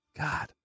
God